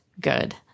good